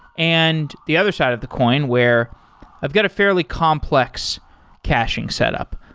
and the other side of the coin where i've got a fairly complex caching setup.